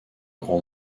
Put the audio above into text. grand